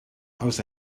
aus